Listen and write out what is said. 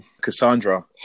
Cassandra